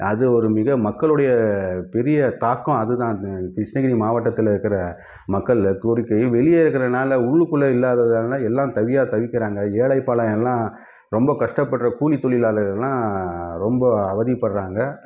அது ஒரு மிக மக்களுடைய பெரிய தாக்கம் அதுதான் இது கிருஷ்ணகிரி மாவட்டத்தில் இருக்கிற மக்கள் கோரிக்கையும் வெளியே இருக்கறதுனால் உள்ளுக்குள்ளே இல்லாதவங்க எல்லாம் தவியாக தவிக்கிறாங்க ஏழை பாழை எல்லாம் ரொம்ப கஷ்டப்படுற கூலி தொழிலார்கள்லாம் ரொம்ப அவதிப்படுறாங்க